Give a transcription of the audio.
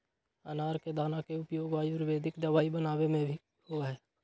अनार के दाना के उपयोग आयुर्वेदिक दवाई बनावे में भी होबा हई